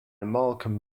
malcolm